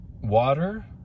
Water